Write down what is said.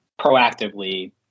proactively